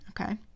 okay